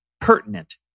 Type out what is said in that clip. pertinent